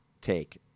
take